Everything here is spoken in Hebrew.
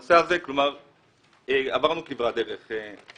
בנושא הזה עברנו כברת דרך.